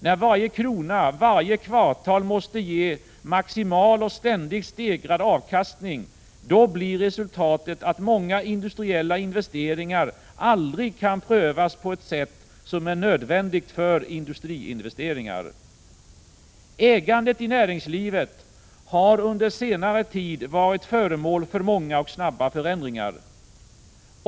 När varje krona varje kvartal måste ge maximal och ständigt stegrad avkastning, då blir resultatet att många industriella investeringar aldrig kan prövas på ett sätt som är nödvändigt för industriinvesteringar. Ägandet i näringslivet har under senare tid varit föremål för många och snabba förändringar.